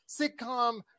sitcom